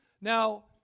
Now